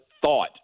thought